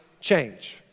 change